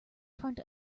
front